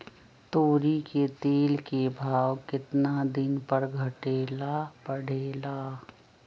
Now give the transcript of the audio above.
तोरी के तेल के भाव केतना दिन पर घटे ला बढ़े ला?